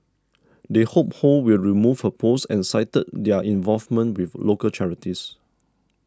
they hope Ho will remove her post and cited their involvement with local charities